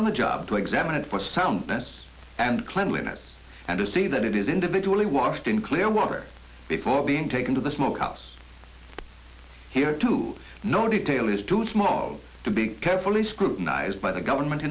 on the job to examine it for soundness and cleanliness and to see that it is individually washed in clear water before being taken to the smoke house here to no detail is too small to be carefully scrutinized by the government